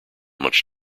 much